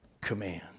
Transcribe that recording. command